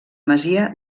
masia